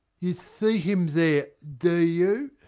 you see him there, do you?